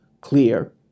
clear